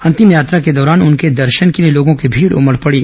अंतिम यात्रा के दौरान उनके दर्शन के लिए लोगों की भीड़ उमड़ पड़ी